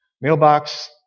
mailbox